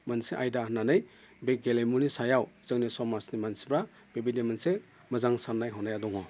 मोनसे आयदा होननानै बे गेलेमुनि सायाव जोंनि समाजनि मानसिफोरा बेबायदिनो मोनसे मोजां साननाय हनाया दङ